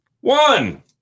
one